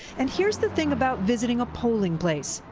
and here's the thing about visiting a polling place.